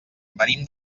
venim